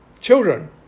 Children